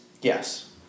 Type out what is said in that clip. Yes